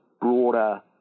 broader